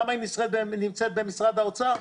למה היא נמצאת במשרד האוצר?